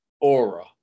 aura